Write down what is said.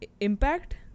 impact